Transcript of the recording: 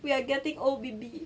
we are getting old B_B